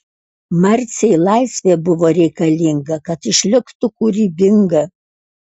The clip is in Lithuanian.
marcei laisvė buvo reikalinga kad išliktų kūrybinga